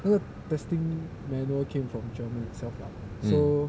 and the testing manual came from germany itself lah so